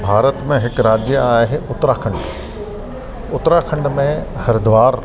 भारत में हिकु राज्य आहे उत्तराखंड उत्तराखंड में हरिद्वार